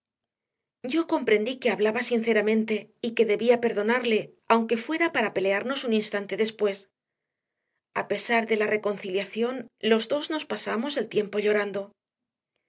yo comprendí que hablaba sinceramente y que debía perdonarle aunque fuera para pelearnos un instante después a pesar de la reconciliación los dos nos pasamos el tiempo llorando